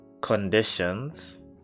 conditions